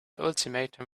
ultimatum